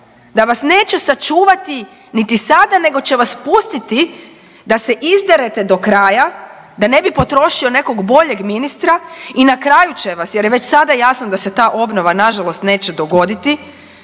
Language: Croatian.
da vas neće sačuvati niti sada nego će vas pustiti da se izderete do kraja da ne bi potrošio nekog boljeg ministra i na kraju će vas, jer je već sada jasno da se ta obnova nažalost neće dogoditi